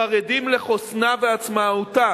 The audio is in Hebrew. חרדים לחוסנה ועצמאותה